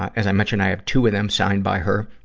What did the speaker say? as i mentioned, i have two of them signed by her.